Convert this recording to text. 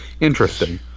Interesting